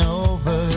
over